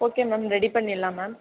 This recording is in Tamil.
ஓகே மேம் ரெடி பண்ணிடலாம் மேம்